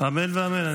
אמן ואמן.